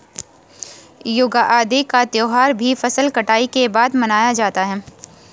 युगादि का त्यौहार भी फसल कटाई के बाद मनाया जाता है